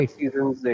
seasons